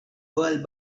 world